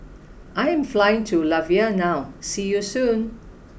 I am flying to Latvia now see you soon